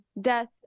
death